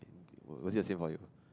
was was it the same for you